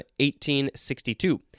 1862